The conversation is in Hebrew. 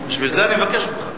לכן, אני מבקש ממך.